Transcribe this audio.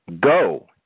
go